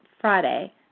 Friday